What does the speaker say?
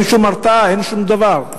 אין שום הרתעה ואין שום דבר.